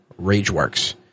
rageworks